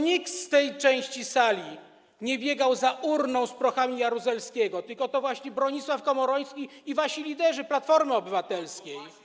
Nikt z tej części sali nie biegał za urną z prochami Jaruzelskiego, tylko był to właśnie Bronisław Komorowski i wasi liderzy, Platformy Obywatelskiej.